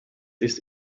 ist